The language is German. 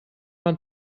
man